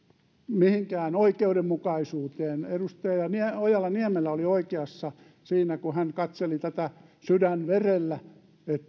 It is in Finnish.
mihinkään oikeudenmukaisuuteen edustaja ojala niemelä oli oikeassa siinä kun hän katseli tätä sydänverellä